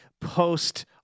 post